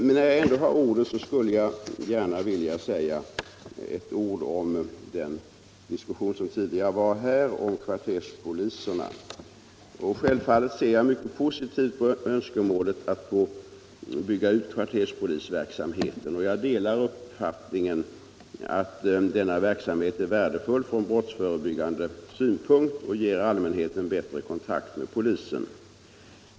Medan jag nu ändå har ordet vill jag säga något också om kvarterspoliserna. Självfallet ser jag mycket positivt på önskemålet att bygga ut kvarterspolisverksamheten. Jag delar uppfattningen att den verksamheten är värdefull från brottsförebyggande synpunkt och att den ger allmänheten en bättre kontakt med polisen.